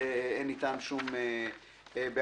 אין איתם שום בעיות.